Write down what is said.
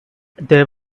there